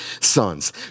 sons